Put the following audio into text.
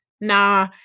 nah